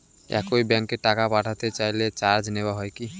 একই ব্যাংকে টাকা পাঠাতে চাইলে চার্জ নেওয়া হয় কি?